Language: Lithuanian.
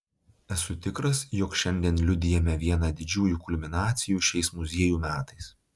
esu tikras jog šiandien liudijame vieną didžiųjų kulminacijų šiais muziejų metais